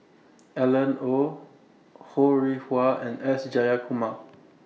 Alan Oei Ho Rih Hwa and S Jayakumar